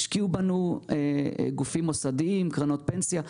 השקיעו בנו גופים מוסדיים, קרנות פנסיה.